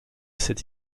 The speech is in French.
cet